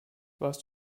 warst